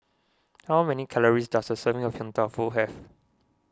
how many calories does a serving of Yong Tau Foo have